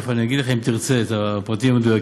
תכף אני אגיד לך את הפרטים המדויקים,